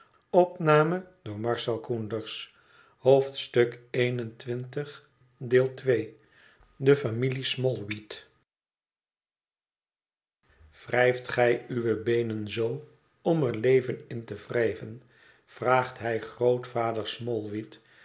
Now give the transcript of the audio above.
achterkeuken en al wrijft gij uwe beenen zoo om er leven in te wrijven vraagt hij grootvader